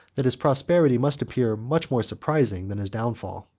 that his prosperity must appear much more surprising than his downfall.